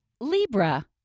Libra